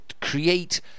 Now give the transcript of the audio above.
create